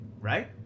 right